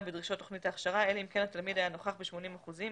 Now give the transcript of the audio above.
בדרישות תוכנית ההכשרה אלא אם כן התלמיד היה נוכח ב-80 אחוזים